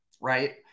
Right